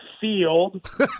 field